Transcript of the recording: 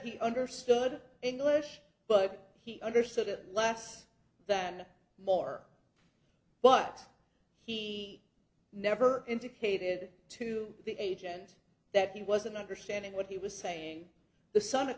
he understood english but he understood it less than more but he never indicated to the agent that he wasn't understanding what he was saying the son